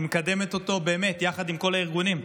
היא מקדמת אותו עם כל הארגונים.